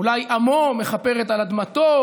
אולי עמו מכפר על אדמתו?